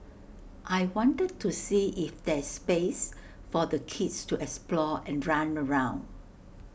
I wanted to see if there's space for the kids to explore and run around